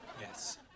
Yes